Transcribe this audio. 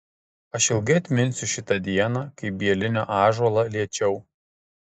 aš ilgai atminsiu šitą dieną kai bielinio ąžuolą liečiau